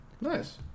Nice